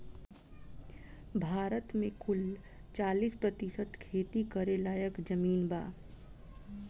भारत मे कुल चालीस प्रतिशत खेती करे लायक जमीन बा